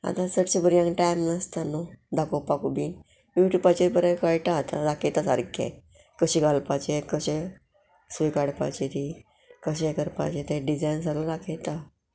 आतां चडशें बुऱ्यांक टायम नासता न्हू दाखोवपाकूय बीन यू ट्यूबाचेर बरें कळटा आतां दाखयता सारकें कशें घालपाचें कशें सूय काडपाचें ती कशें करपाचें तें डिजायन सागळे दाखयता